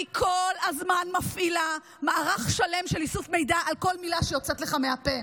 אני כל הזמן מפעילה מערך שלם של איסוף מידע על כל מילה שיוצאת לך מהפה.